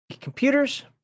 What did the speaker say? Computers